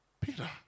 Peter